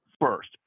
First